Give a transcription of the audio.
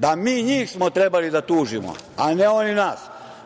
smo njih trebali da tužimo, a ne oni nas.